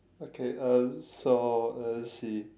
okay um so uh let's see